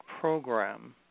program